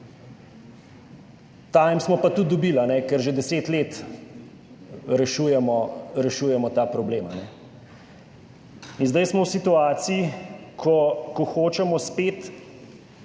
time smo pa tudi dobili, ker že 10 let rešujemo ta problem. Zdaj smo v situaciji, ko hočemo spet